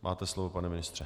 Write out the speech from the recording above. Máte slovo, pane ministře.